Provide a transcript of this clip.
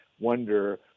wonder